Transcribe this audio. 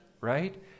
right